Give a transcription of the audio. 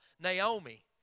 Naomi